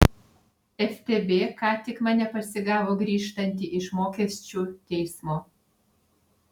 ftb ką tik mane pasigavo grįžtantį iš mokesčių teismo